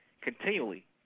continually